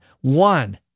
One